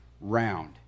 round